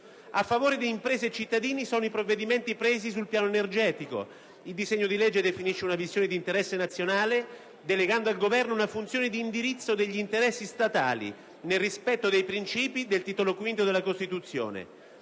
A favore di imprese e cittadini sono poi le misure adottate in materia energetica. Al riguardo il disegno di legge definisce una visione di interesse nazionale, delegando al Governo una funzione d'indirizzo degli interessi statali nel rispetto dei principi del titolo V della Costituzione: